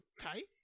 tight